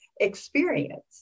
experience